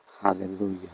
Hallelujah